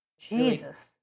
Jesus